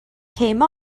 came